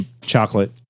chocolate